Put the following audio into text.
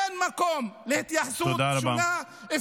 אין מקום להתייחסות שונה.